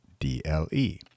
D-L-E